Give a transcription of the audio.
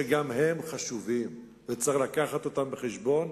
שגם הם חשובים וצריך לקחת אותם בחשבון.